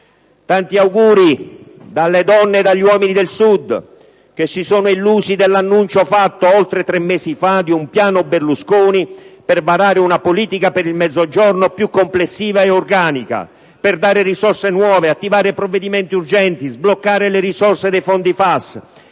Tanti auguri dalle donne e dagli uomini del Sud, che si sono illusi dell'annuncio fatto oltre tre mesi fa di un piano Berlusconi per varare una politica per il Mezzogiorno più complessiva e organica, per dare risorse nuove, attivare provvedimenti urgenti, sbloccare le risorse dei fondi FAS, e